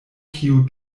kiu